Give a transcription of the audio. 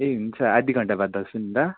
ए हुन्छ आधा घन्टाबाद आउँछु नि ल